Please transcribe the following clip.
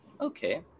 Okay